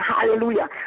hallelujah